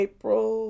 April